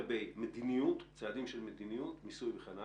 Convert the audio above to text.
לגבי צעדים של מדיניות מיסוי וכדומה